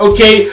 Okay